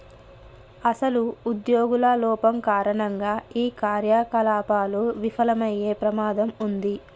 అసలు ఉద్యోగుల లోపం కారణంగా ఈ కార్యకలాపాలు విఫలమయ్యే ప్రమాదం ఉంది